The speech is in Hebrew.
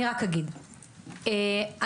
אני רק אגיד לכם משהו.